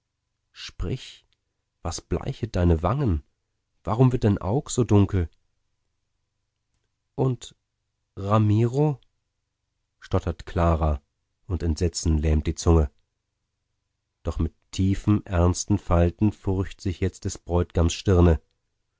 sprich was bleichet deine wangen warum wird dein aug so dunkel und ramiro stottert clara und entsetzen lähmt die zunge doch mit tiefen ernsten falten furcht sich jetzt des bräutgams stirne